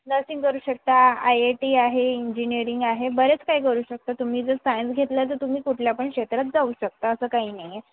nursing करू शकता I I T आहे इंजिनियरिंग आहे बरेच काही करू शकता तुम्ही जर सायन्स घेतला तर तुम्ही कुठल्या पण क्षेत्रात जाऊ शकता असं काही नाही आहे